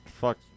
fuck